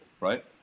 right